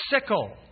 sickle